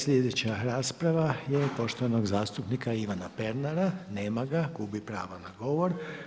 Sljedeća rasprava je poštovanog zastupnika Ivan Pernara, nema ga, gubi pravo na govor.